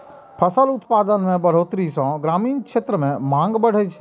फसल उत्पादन मे बढ़ोतरी सं ग्रामीण क्षेत्र मे मांग बढ़ै छै